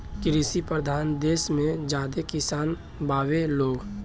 कृषि परधान देस मे ज्यादे किसान बावे लोग